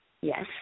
Yes